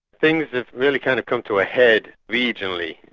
things have really kind of come to a head regionally,